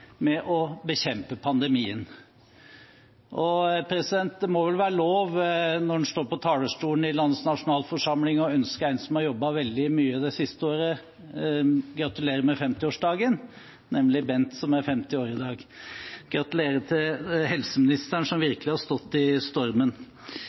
med å bekjempe pandemien. Det må vel være lov når man står på talerstolen i landets nasjonalforsamling, å gratulere en som har jobbet veldig mye det sist året, med 50-årsdagen, nemlig Bent Høie, som er 50 år i dag. Gratulerer til helseministeren, som